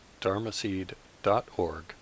dharmaseed.org